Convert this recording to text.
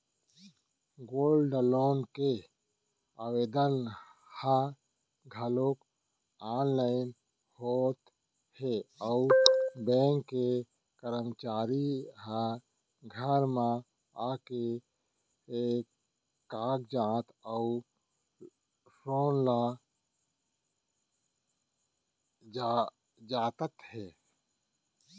gold loan के आवेदन ह घलौक आनलाइन होत हे अउ बेंक के करमचारी ह घर म आके कागजात अउ सोन ल जांचत हे